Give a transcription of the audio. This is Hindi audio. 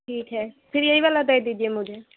ठीक है फिर यही वाला दे दीजिए मुझे